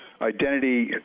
identity